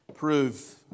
Prove